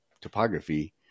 topography –